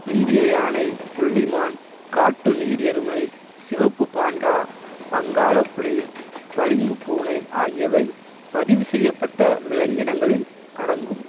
இந்திய யானை புள்ளி மான் காட்டு நீர் எருமை சிவப்பு பாண்டா வங்காளப் புலி பளிங்குப் பூனை ஆகியவை பதிவுசெய்யப்பட்ட விலங்கினங்களில் அடங்கும்